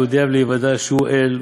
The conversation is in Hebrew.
להודיע ולהיוודע שהוא אל,